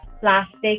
plastic